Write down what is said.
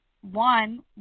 one